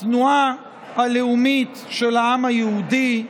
התנועה הלאומית של העם היהודי,